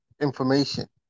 information